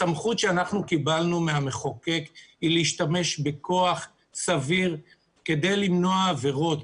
הסמכות שקיבלנו מהמחוקק היא להשתמש בכוח סביר כדי למנוע עבירות,